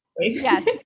Yes